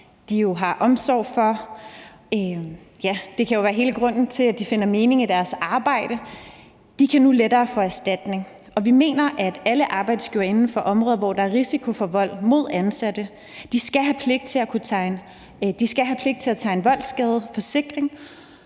jo har omsorg for – ja, det kan jo være hele grunden til, at de finder mening i deres arbejde – nu lettere kan få erstatning, og vi mener, at alle arbejdsgivere inden for områder, hvor der er risiko for vold mod ansatte, skal have pligt til at tegne en voldsskadesforsikring,